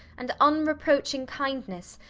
and unreproaching kindness,